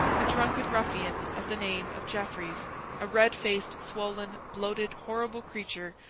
a drunken ruffian of the name of jeffreys a red-faced, swollen, bloated, horrible creature,